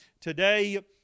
Today